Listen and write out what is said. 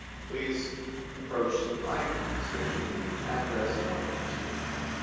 please approach the mic. state your name and address and i'll administer the oath.